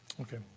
Okay